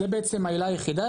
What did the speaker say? זה בעצם העילה היחידה